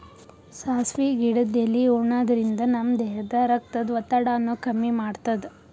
ಸಾಸ್ವಿ ಗಿಡದ್ ಎಲಿ ಉಣಾದ್ರಿನ್ದ ನಮ್ ದೇಹದ್ದ್ ರಕ್ತದ್ ಒತ್ತಡಾನು ಕಮ್ಮಿ ಮಾಡ್ತದ್